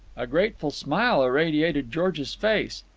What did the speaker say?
a grateful smile irradiated george's face.